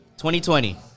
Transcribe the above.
2020